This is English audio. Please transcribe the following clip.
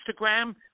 Instagram